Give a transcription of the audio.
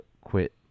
quit